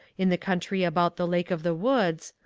in the country about the lake of the woods,